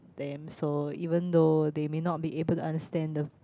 them so even though they may not be able to understand the